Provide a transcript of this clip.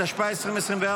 התשפ"ה 2024,